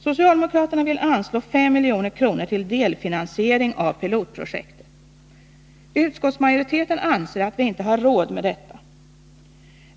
Socialdemokraterna vill anslå 5 milj.kr. till delfinansiering av pilotprojektet. Utskottsmajoriteten anser att vi inte har råd med detta.